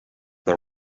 the